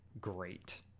great